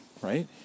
right